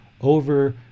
over